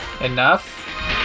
enough